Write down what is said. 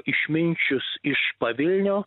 išminčius iš pavilnio